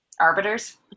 arbiters